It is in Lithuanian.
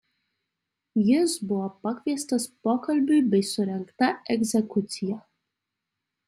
jis buvo pakviestas pokalbiui bei surengta egzekucija